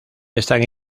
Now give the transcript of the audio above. están